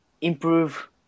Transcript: improve